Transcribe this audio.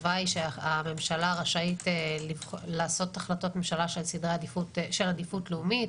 התשובה היא שהממשלה רשאית לעשות החלטות ממשלה של עדיפות לאומית.